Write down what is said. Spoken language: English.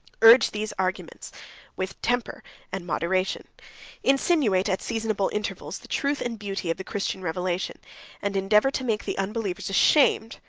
urge these arguments with temper and moderation insinuate, at seasonable intervals, the truth and beauty of the christian revelation and endeavor to make the unbelievers ashamed,